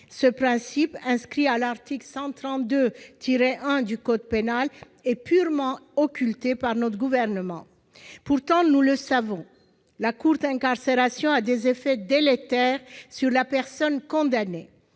Ce principe, inscrit à l'article 132-1 du code pénal, est purement occulté par notre gouvernement. Pourtant, nous le savons, la courte incarcération a des effets délétères sur la personne condamnée.